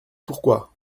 pourquoi